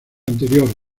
anterior